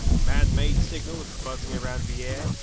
man made signals buzzing around the air,